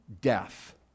death